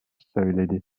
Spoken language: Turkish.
söyledi